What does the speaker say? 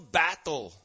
battle